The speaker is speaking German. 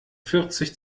vierzig